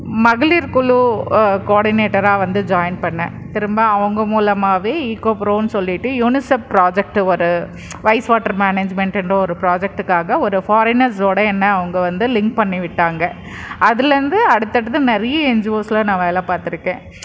மகளிர் குழு கோஆர்டினேட்டராக வந்து ஜாயின் பண்ணிணேன் திரும்ப அவங்க மூலமாகவே ஈக்கோ ப்ரோன்னு சொல்லிட்டு யுனிசெப் புராஜக்ட் ஒரு வைஸ் வாட்டர் மேனேஜ்மெண்ட்டுன்ற ஒரு புராஜக்ட்டுக்காக ஒரு ஃபாரினர்ஸோட என்ன அவங்க வந்து லிங்க் பண்ணி விட்டாங்க அதுலேருந்து அடுத்தடுத்து நிறைய என்ஜிஓஸில் நான் வேலை பாத்திருக்கேன்